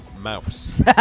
mouse